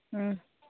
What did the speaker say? ꯎꯝ